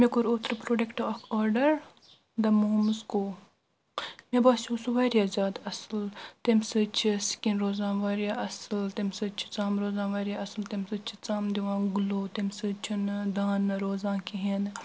مےٚ کوٚر اوترٕ پروڈٮ۪کٹ اکھ آڈر دَ مومٕز کو مےٚ باسیو سُہ واریاہ زیادٕ اصل تمہِ سۭتۍ چھِ سِکِن روزان واریاہ اصل تمہِ سۭتۍ چھِ ژم روزان واریاہ اصل تمہِ سۭتۍ چھِ ژم دِوان گلو تمہِ سۭتۍ چھنہٕ دانہٕ روزان کہیٖنۍ نہٕ